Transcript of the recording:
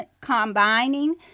combining